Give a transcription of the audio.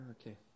Okay